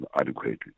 adequately